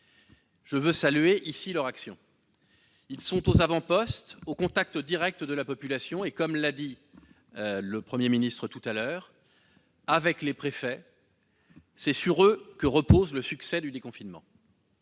je veux saluer ici l'action. Ils sont aux avant-postes, au contact direct de la population, et, comme l'a dit le Premier ministre, avec les préfets, c'est sur eux que repose le succès du déconfinement.